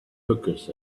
hookahs